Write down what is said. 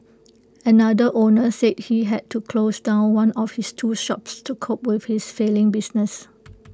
another owner said he had to close down one of his two shops to cope with his failing business